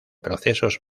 procesos